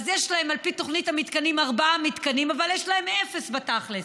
אז יש להם על פי תוכנית המתקנים ארבעה מתקנים אבל יש להם אפס בתכל'ס.